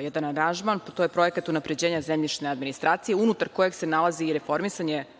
jedan aranžman. To je Projekat unapređenja zemljišne administracije unutar koga se nalazi i reformisanje RGZ-a